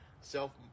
self